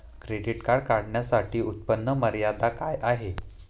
Credit card काढण्यासाठी उत्पन्न मर्यादा काय आहे?